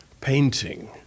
painting